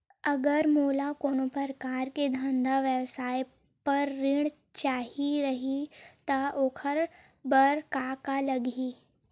अगर मोला कोनो प्रकार के धंधा व्यवसाय पर ऋण चाही रहि त ओखर बर का का लगही?